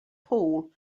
pool